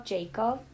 Jacob